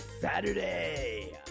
Saturday